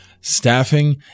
staffing